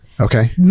okay